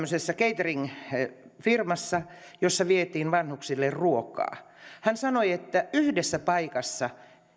catering firmassa jossa vietiin vanhuksille ruokaa hän sanoi että yhdessä paikassa